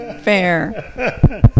fair